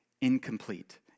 incomplete